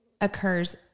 occurs